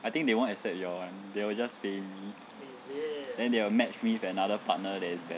I think they won't accept your one they will just pay me then they will match me to another partner that is that